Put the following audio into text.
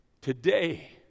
Today